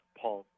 paul